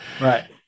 Right